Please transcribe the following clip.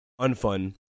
unfun